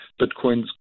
Bitcoins